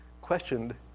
questioned